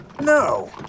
No